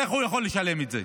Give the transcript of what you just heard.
איך הוא יכול לשלם את זה?